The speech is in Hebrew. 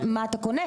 הוא צודק לחלוטין.